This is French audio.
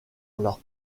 leur